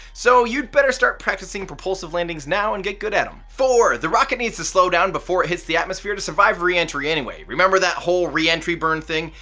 so you'd better start practicing propulsive landings now and get good at em! four the rocket needs to slow down before it hits the atmosphere to survive reentry anyway. remember that whole reentry burn thing?